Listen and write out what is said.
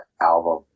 album